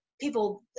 people